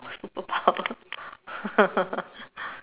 superpower